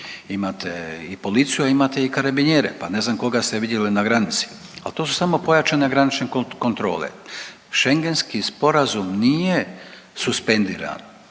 imate i policiju, a ime i karabinjere, pa ne znam koga ste vidjeli na granici, ali to su samo pojačane granične kontrole. Šengenski sporazum nije suspendiran.